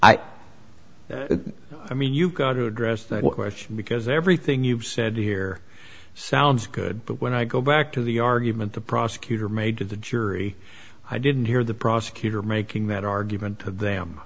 prosecutor i mean you've got to address that question because everything you've said here sounds good but when i go back to the argument the prosecutor made to the jury i didn't hear the prosecutor making that argument to them